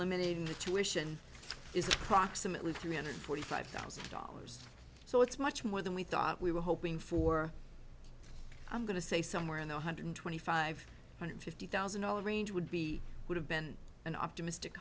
eliminating the tuition is approximately three hundred forty five thousand dollars so it's much more than we thought we were hoping for i'm going to say somewhere in the one hundred twenty five hundred fifty thousand dollars range would be would have been an optimistic